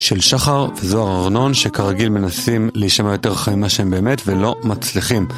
של שחר וזוהר ארנון, שכרגיל מנסים להישמע יותר חכמים ממה שהם באמת ולא מצליחים.